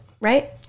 right